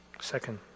Second